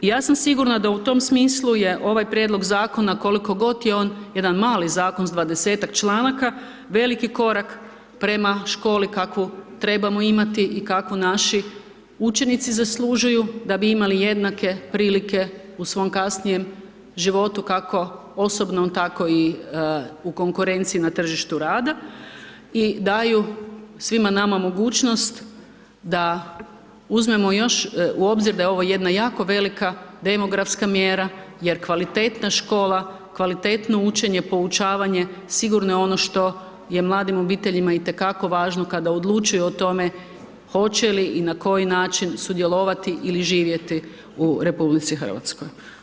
I ja sam sigurna d au tom smislu je ovaj Prijedlog Zakona, koliko god je on jedan mali Zakon sa 20-ak članaka, veliki korak prema školi kakvu trebamo imati i kakvu naši učenici zaslužuju da bi imali jednake prilike u svom kasnijem životu, kako osobnom, tako i u konkurenciji na tržištu rada, i daju svima nama mogućnost da uzmemo još u obzir da je ovo jedna jako velika demografska mjera jer kvalitetna škola, kvalitetno učenje, poučavanje, sigurno je ono što je mladim obiteljima itekako važno kada odlučuju o tome hoće li i na koji način sudjelovati ili živjeti u Republici Hrvatskoj.